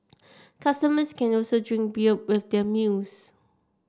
customers can also drink beer with their meals